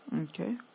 Okay